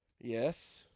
Yes